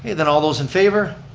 then all those in favor?